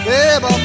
Babe